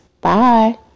Bye